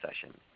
session